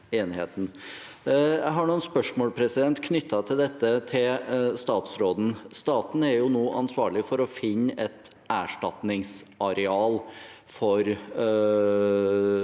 Jeg har noen spørsmål knyttet til dette til statsråden. Staten er nå ansvarlig for å finne et erstatningsareal for